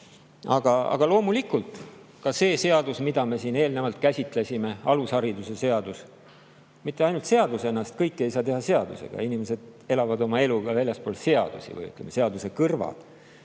loomulikult, ka see seadus, mida me siin eelnevalt käsitlesime, alusharidusseadus – mitte ainult seadus, kõike ei saa teha seadusega, inimesed elavad oma elu ka väljaspool seadusi või seaduse kõrval.